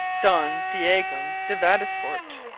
don diego de vadesforte.